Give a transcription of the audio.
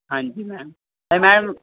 ਹਾਂਜੀ ਮੈਮ ਪਰ ਮੈਮ